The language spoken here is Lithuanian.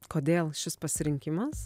kodėl šis pasirinkimas